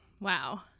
wow